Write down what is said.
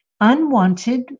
unwanted